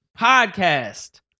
Podcast